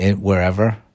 wherever